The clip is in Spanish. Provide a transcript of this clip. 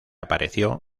apareció